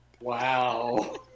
Wow